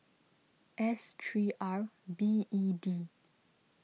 S three R B E D